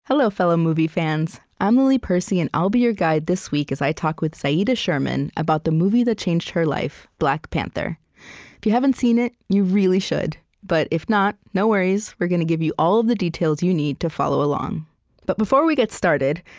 hello, fellow movie fans. i'm lily percy, and i'll be your guide this week as i talk with zahida sherman about the movie that changed her life, black panther. if you haven't seen it, you really should. but if not, no worries. we're gonna give you all the details you need to follow along but before we get started,